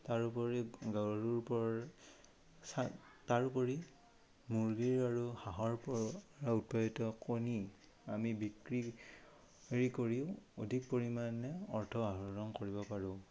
তাৰ উপৰি গৰুৰ তাৰ উপৰি মুৰ্গীৰ আৰু হাঁহৰ পৰা উৎপাদিত কণী আমি বিক্ৰী কৰিও অধিক পৰিমাণে অৰ্থ আহৰণ কৰিব পাৰোঁ